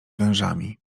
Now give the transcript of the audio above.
wężami